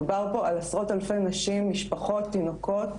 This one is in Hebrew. מדובר פה על עשרות אלפי נשים, משפחות, תינוקות,